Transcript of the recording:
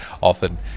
often